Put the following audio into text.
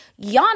Giannis